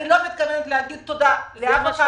אני לא מתכוונת להגיד תודה לאף אחד,